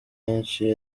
benshi